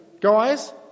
guys